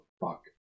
fuck